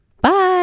Bye